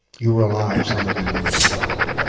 you were alive some of you when this happened